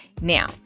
Now